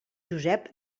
josep